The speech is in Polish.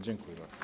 Dziękuję bardzo.